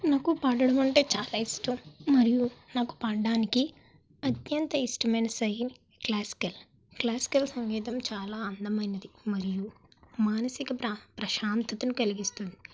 నాకు పాడడం అంటే చాలా ఇష్టం మరియు నాకు పడ్డానికి అత్యంత ఇష్టమైన సహిన్ క్లాసికల్ క్లాసికల్ సంగీతం చాలా ఆనందమైనది మరియు మానసిక ప్ర ప్రశాంతతను కలిగిస్తుంది